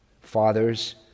Fathers